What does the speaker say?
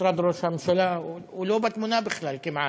משרד ראש הממשלה, הוא לא בתמונה בכלל כמעט.